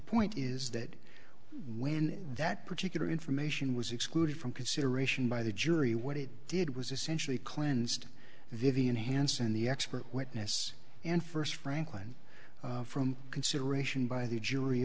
point is that when that particular information was excluded from consideration by the jury what it did was essentially cleansed vivian hanson the expert witness and first franklin from consideration by the jury